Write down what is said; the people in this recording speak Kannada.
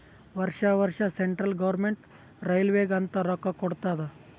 ವರ್ಷಾ ವರ್ಷಾ ಸೆಂಟ್ರಲ್ ಗೌರ್ಮೆಂಟ್ ರೈಲ್ವೇಗ ಅಂತ್ ರೊಕ್ಕಾ ಕೊಡ್ತಾದ್